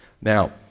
Now